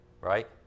right